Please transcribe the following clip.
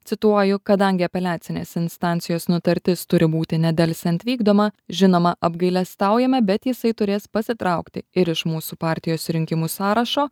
cituoju kadangi apeliacinės instancijos nutartis turi būti nedelsiant vykdoma žinoma apgailestaujame bet jisai turės pasitraukti ir iš mūsų partijos rinkimų sąrašo